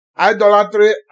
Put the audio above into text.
Idolatry